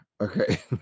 Okay